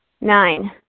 Nine